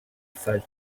felt